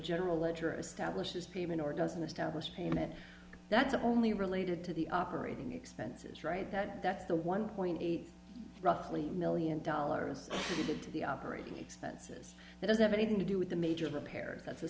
general ledger establishes payment or doesn't establish payment that's only related to the operating expenses right that's the one point eight roughly million dollars to the operating expenses that doesn't have anything to do with the major repairs that's a